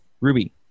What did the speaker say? Ruby